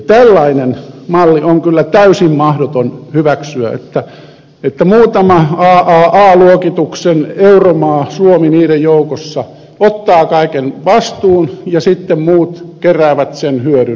tällainen malli on kyllä täysin mahdoton hyväksyä että muutama aaa luokituksen euromaa suomi niiden joukossa ottaa kaiken vastuun ja sitten muut keräävät sen hyödyn